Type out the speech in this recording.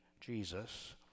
Jesus